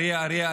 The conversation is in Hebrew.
אריה,